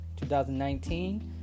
2019